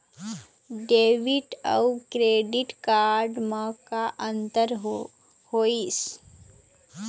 Debit अऊ credit card म का अंतर होइस?